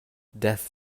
death